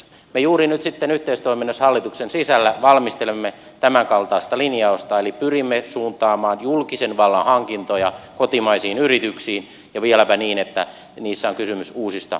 me juuri nyt sitten yhteistoiminnassa hallituksen sisällä valmistelemme tämänkaltaista linjausta eli pyrimme suuntaamaan julkisen vallan hankintoja kotimaisiin yrityksiin ja vieläpä niin että niissä on kysymys uusista innovaatioista